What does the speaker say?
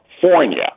California